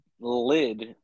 lid